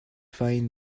find